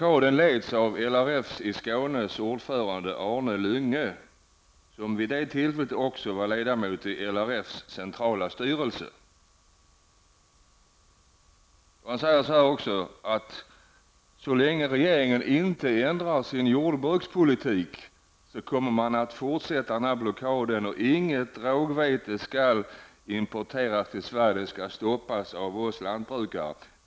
Arne Lyngö, som vid detta tillfälle också var ledamot i LRFs centrala styrelse. Han sade också: Så länge regeringen inte ändrar sin jordbrukspolitik kommer man att fortsätta den här blockaden. Och inget rågvete skall importeras till Sverige, utan det skall stoppas av oss lantbrukare.